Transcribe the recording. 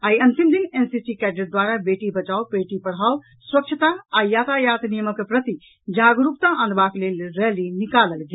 आई अंतिम दिन NCC cadet द्वारा बेटी बचाओ बेटी पढ़ाओ स्वच्छता आ यातायात नियमक प्रति जागरूकता आनबाक लेल रैली निकालल गेल